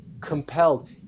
compelled